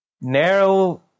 narrow